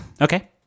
Okay